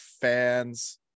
fans